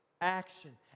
action